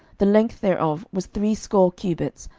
the length thereof was threescore cubits,